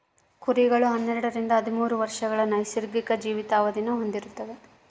ಕುರಿಗಳು ಹನ್ನೆರಡರಿಂದ ಹದಿಮೂರು ವರ್ಷಗಳ ನೈಸರ್ಗಿಕ ಜೀವಿತಾವಧಿನ ಹೊಂದಿರ್ತವ